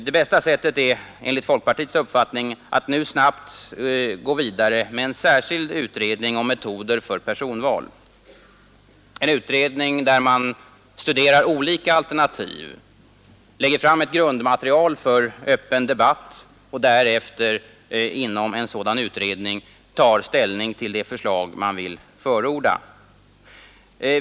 Det bästa sättet är enligt folkpartiets uppfattning att nu snabbt gå vidare med en sär: ild utredning om metoder för personval, en utredning där man studerar olika alternativ, lägger fram ett grundmaterial för öppen debatt och därefter inom utredningen tar ställning till det förslag man vill förorda.